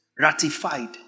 ratified